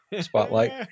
spotlight